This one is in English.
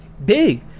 big